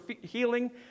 healing